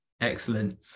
excellent